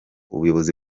ubuyobozi